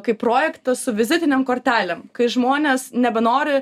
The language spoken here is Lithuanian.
kaip projektas su vizitinėm kortelėm kai žmonės nebenori